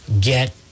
get